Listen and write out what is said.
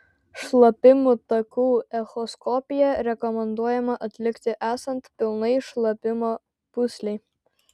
šlapimo takų echoskopiją rekomenduojama atlikti esant pilnai šlapimo pūslei